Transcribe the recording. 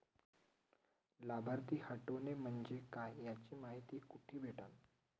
लाभार्थी हटोने म्हंजे काय याची मायती कुठी भेटन?